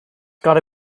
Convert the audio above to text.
gotta